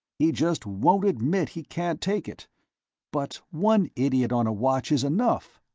he just won't admit he can't take it but one idiot on a watch is enough!